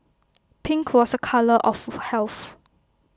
pink was A colour of health